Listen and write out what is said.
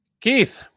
Keith